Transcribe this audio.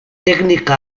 teknika